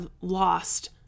lost